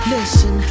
Listen